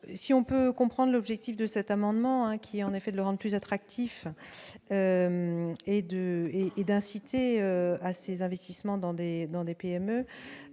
si on peut comprendre l'objectif de cet amendement qui, en effet, le rend plus attractifs et de et et d'inciter à ses investissements dans des dans